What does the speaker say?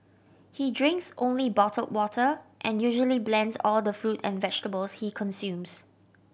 he drinks only bottled water and usually blends all the fruit and vegetables he consumes